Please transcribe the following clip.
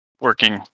working